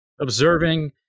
observing